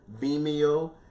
Vimeo